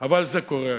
אבל זה קורה היום.